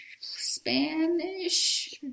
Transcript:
Spanish